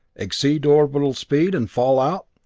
exceed orbital speed and fall out?